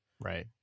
Right